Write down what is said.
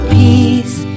peace